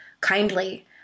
kindly